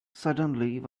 suddenly